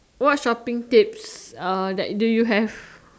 what shopping tips uh that do you have